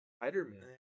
Spider-Man